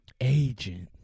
Agent